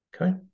okay